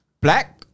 black